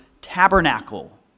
tabernacle